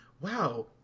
wow